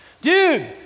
Dude